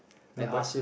no but